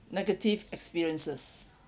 negative experiences